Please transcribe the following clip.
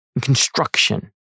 construction